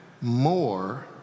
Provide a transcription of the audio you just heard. more